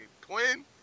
twin